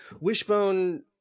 Wishbone